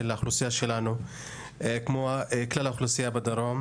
האוכלוסייה שלנו כמו כלל האוכלוסייה בדרום.